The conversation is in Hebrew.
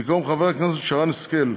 במקום חברת הכנסת שרן השכל,